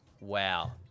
wow